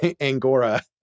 Angora